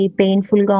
painful